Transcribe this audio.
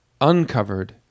Uncovered